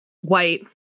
white